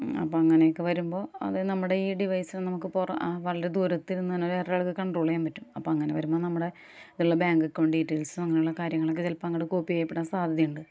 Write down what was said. അപ്പം അങ്ങനെയൊക്കെ വരുമ്പോൾ അത് നമ്മുടെ ഈ ഡിവൈസ് ഒന്നും നമുക്ക് പുറ വളരെ ദൂരത്തിൽ നിന്നുതന്നെ ഒരു വേറെ ഒരാൾക്ക് കൺട്രോൾ ചെയ്യാൻ പറ്റും അപ്പോൾ അങ്ങനെ വരുമ്പം നമ്മുടെ ഉള്ള ബാങ്ക് അക്കൌണ്ട് ഡിറ്റെയിൽസോ അങ്ങനെയുള്ള കാര്യങ്ങളൊക്കെ ചിലപ്പം അങ്ങോട്ട് കോപ്പി ചെയ്യപ്പെടാൻ സാധ്യതയുണ്ട്